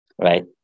right